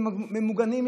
ממוגנים,